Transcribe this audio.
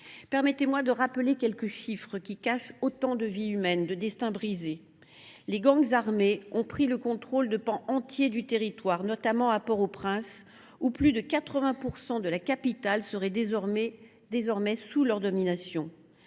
lustre. Je rappelle quelques chiffres, derrière lesquels se cachent autant de vies humaines, de destins brisés. Les gangs armés ont pris le contrôle de pans entiers du territoire, notamment à Port au Prince. Ainsi, plus de 80 % de la capitale serait désormais sous leur domination.